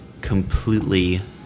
completely